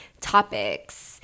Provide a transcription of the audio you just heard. topics